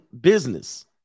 business